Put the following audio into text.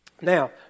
Now